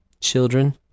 children